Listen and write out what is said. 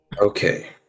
Okay